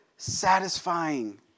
satisfying